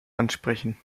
ansprechen